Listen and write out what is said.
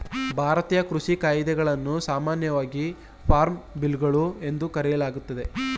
ಭಾರತೀಯ ಕೃಷಿ ಕಾಯಿದೆಗಳನ್ನು ಸಾಮಾನ್ಯವಾಗಿ ಫಾರ್ಮ್ ಬಿಲ್ಗಳು ಎಂದು ಕರೆಯಲಾಗ್ತದೆ